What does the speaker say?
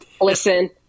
Listen